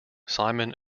simon